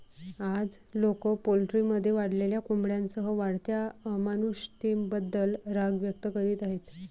आज, लोक पोल्ट्रीमध्ये वाढलेल्या कोंबड्यांसह वाढत्या अमानुषतेबद्दल राग व्यक्त करीत आहेत